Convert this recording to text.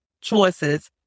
choices